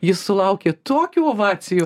jis sulaukė tokių ovacijų